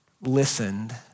listened